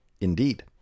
Indeed